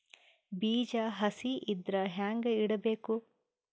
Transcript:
ಬೀಜ ಹಸಿ ಇದ್ರ ಹ್ಯಾಂಗ್ ಇಡಬೇಕು?